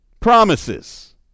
promises